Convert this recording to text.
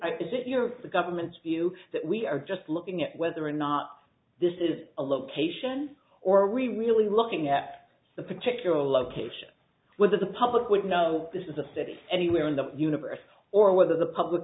is it you know the government's view that we are just looking at whether or not this is a location or are we really looking at the particular location whether the public would know this is a city anywhere in the universe or whether the public